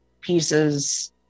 pieces